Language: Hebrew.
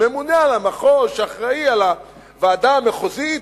ממונה על המחוז שאחראי על הוועדה המחוזית